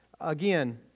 Again